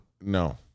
No